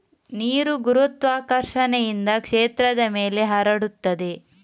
ನೀರು ಗುರುತ್ವಾಕರ್ಷಣೆಯಿಂದ ಕ್ಷೇತ್ರದ ಮೇಲೆ ಹರಡುತ್ತದೆ